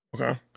Okay